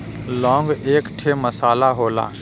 लौंग एक ठे मसाला होला